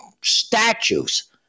statues